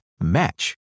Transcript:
match